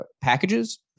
packages